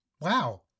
Wow